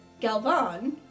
Galvan